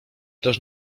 też